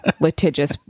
litigious